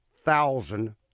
thousand